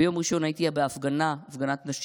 ביום ראשון הייתי בהפגנת נשים,